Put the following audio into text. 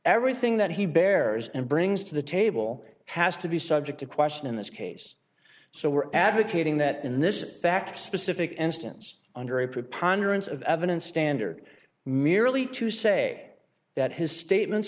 everything that he bears and brings to the table has to be subject to question in this case so we're advocating that in this fact specific instance under a preponderance of evidence standard merely to say that his statements